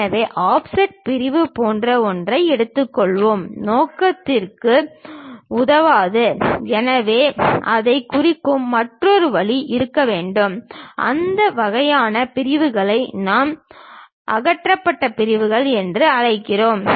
எனவே ஆஃப்செட் பிரிவு போன்ற ஒன்றை எடுத்துக்கொள்வது நோக்கத்திற்கு உதவாது எனவே அதைக் குறிக்கும் மற்றொரு வழி இருக்க வேண்டும் அந்த வகையான பிரிவுகளை நாம் அகற்றப்பட்ட பிரிவுகள் என்று அழைக்கிறோம்